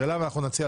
נתקבלה.